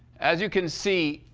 as you can see,